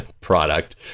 product